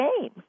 game